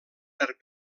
per